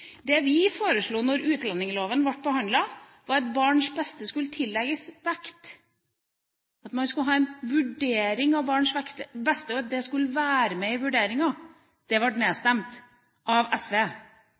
Det vi foreslo da utlendingsloven ble behandlet, var at barns beste skulle tillegges vekt – at man skulle ha en vurdering av barns beste, at det skulle være med i vurderinga. Det ble